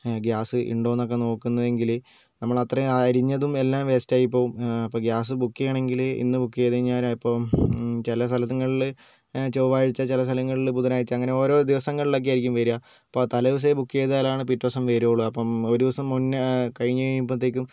gas ഉണ്ടോന്നൊക്കേ നോക്കുന്നതെങ്കിൽ നമ്മൾ അത്രയും അരിഞ്ഞതും എല്ലാം വേസ്റ്റ് ആയിപ്പോകും അപ്പോൾ ഗ്യാസ് ബുക്ക് ചെയ്യണമെങ്കിൽ ഇന്ന് ബുക്ക് ചെയ്തുകഴിഞ്ഞാൽ ഇപ്പം ചില സ്ഥലങ്ങളിൽ ചൊവ്വാഴ്ച ചില സ്ഥലങ്ങളിൽ ബുധനാഴ്ച അങ്ങനെ ഓരോ ദിവസങ്ങളിൽ ഒക്കെ ആയിരിക്കും വരിക അപ്പോൾ തലേദിവസമെ ബുക്ക് ചെയ്താലാണ് പിറ്റേ ദിവസം വരുകയുള്ളൂ ഒരു ദിവസം മുൻപെ കഴിഞ്ഞ് കഴിയുമ്പോഴത്തേക്കും